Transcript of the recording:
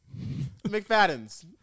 McFadden's